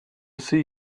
see